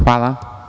Hvala.